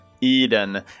Eden